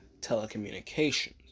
Telecommunications